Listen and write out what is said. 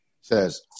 says